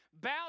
bow